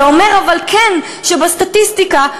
אבל זה כן אומר שבסטטיסטיקה,